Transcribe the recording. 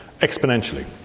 exponentially